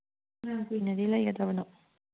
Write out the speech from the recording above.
ꯀꯌꯥꯝ ꯀꯨꯏꯅꯗꯤ ꯂꯩꯒꯗꯕꯅꯣ